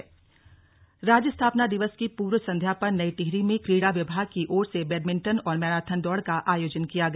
खेलकूद प्रतियोगिता टिहरी राज्य स्थापना दिवस की पूर्व संध्या पर नई टिहरी में क्रीड़ा विभाग की ओर से बैडमिंटन और मैराथन दौड़ का आयोजन किया गया